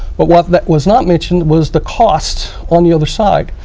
but what was not mentioned was the cost on the other side.